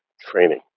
training